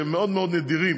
שהם מאוד מאוד נדירים,